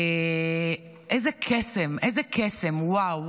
איזה קסם, וואו.